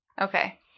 Okay